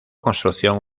construcción